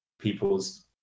people's